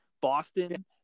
Boston